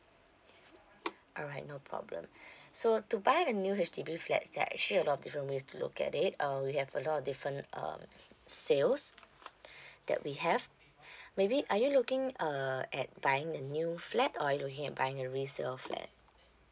alright no problem so to buy a new H_D_B flat there're actually a lot of different ways to look at it uh we have a lot of different um sales that we have maybe are you looking uh at buying a new flat or are you looking at buying a resale flat